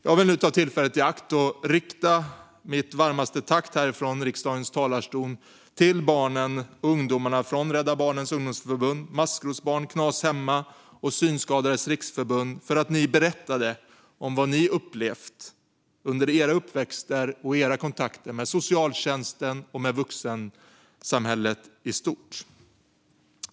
Jag vill nu ta tillfället i akt att rikta mitt varmaste tack härifrån riksdagens talarstol till barnen och ungdomarna från Rädda Barnens ungdomsförbund, Maskrosbarn, Knas Hemma och Synskadades Riksförbund för att ni berättade om vad ni upplevt under er uppväxt och i era kontakter med socialtjänsten och med vuxensamhället i stort.